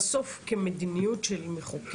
הרי בסוף כמדיניות של מחוקק,